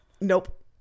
Nope